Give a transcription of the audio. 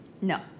No